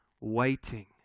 waiting